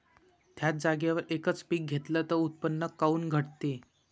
थ्याच जागेवर यकच पीक घेतलं त उत्पन्न काऊन घटते?